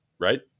right